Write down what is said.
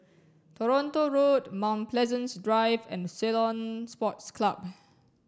Toronto Road Mount Pleasant Drive and Ceylon Sports Club